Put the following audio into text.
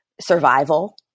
survival